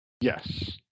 Yes